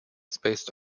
spaced